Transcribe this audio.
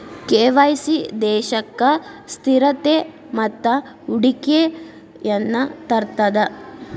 KYC ದೇಶಕ್ಕ ಸ್ಥಿರತೆ ಮತ್ತ ಹೂಡಿಕೆಯನ್ನ ತರ್ತದ